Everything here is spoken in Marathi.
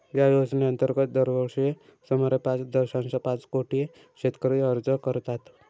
या योजनेअंतर्गत दरवर्षी सुमारे पाच दशांश पाच कोटी शेतकरी अर्ज करतात